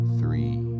three